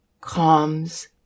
calms